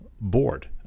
board